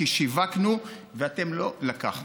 כי שיווקנו ואתם לא לקחתם,